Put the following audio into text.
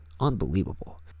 Unbelievable